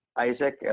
Isaac